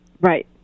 Right